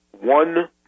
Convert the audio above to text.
one